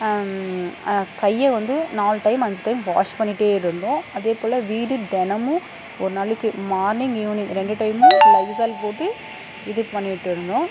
கையை வந்து நாலு டைம் அஞ்சு டைம் வாஷ் பண்ணிகிட்டே இருந்தோம் அதேபோல் வீடு தினமும் ஒரு நாளைக்கு மார்னிங் ஈவ்னிங் ரெண்டு டைமும் லைஸால் போட்டு இது பண்ணிகிட்டு இருந்தோம்